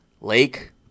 lake